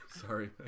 Sorry